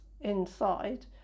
inside